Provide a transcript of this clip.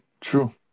True